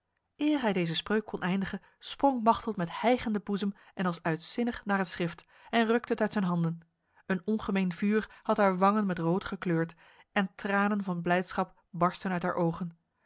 eer hij deze spreuk kon eindigen sprong machteld met hijgende boezem en als uitzinnig naar het schrift en rukte het uit zijn handen een ongemeen vuur had haar wangen met rood gekleurd en tranen van blijdschap barstten uit haar ogen